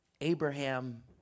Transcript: Abraham